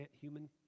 human